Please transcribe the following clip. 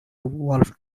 wolf